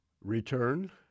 return